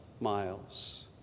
miles